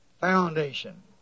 foundation